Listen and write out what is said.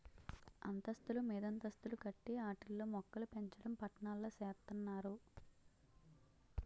అంతస్తులు మీదంతస్తులు కట్టి ఆటిల్లో మోక్కలుపెంచడం పట్నాల్లో సేత్తన్నారు